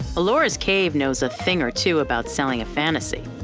ellora's cave knows a thing or two about selling a fantasy.